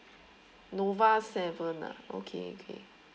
nova seven ah okay okay